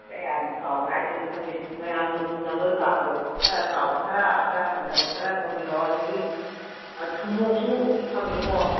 ꯀꯌꯥꯝ ꯆꯥꯎꯕ ꯍꯥꯏꯗꯣꯏꯅꯣ ꯈꯪꯗꯦ ꯃꯌꯥꯝꯅ ꯄꯨꯅꯕ ꯆꯥꯡꯗꯣ ꯈꯔ ꯆꯥꯎꯕ ꯈꯔ ꯈꯔ ꯍꯟꯗꯕ ꯈꯔ ꯇꯧꯕꯤꯔꯛꯑꯣ ꯑꯗꯒꯤ ꯊꯨꯝꯃꯣꯛꯁꯨ ꯐꯪꯏꯀꯣ